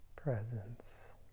presence